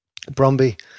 Bromby